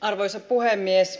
arvoisa puhemies